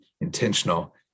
intentional